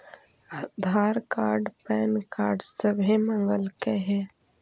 आधार card PAN card सभे मगलके हे?